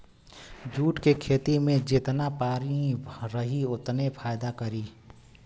jute के खेती में जेतना पानी रही ओतने फायदा करी